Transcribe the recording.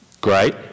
Great